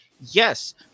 Yes